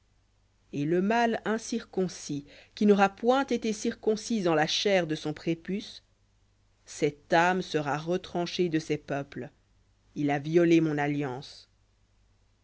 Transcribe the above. et le mâle incirconcis qui n'aura point été circoncis en la chair de son prépuce cette âme sera retranchée de ses peuples il a violé mon alliance